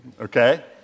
okay